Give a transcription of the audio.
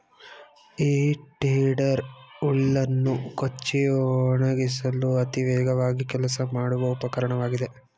ಹೇ tedder ಹುಲ್ಲನ್ನು ಕೊಚ್ಚಿ ಒಣಗಿಸಲು ಅತಿ ವೇಗವಾಗಿ ಕೆಲಸ ಮಾಡುವ ಉಪಕರಣವಾಗಿದೆ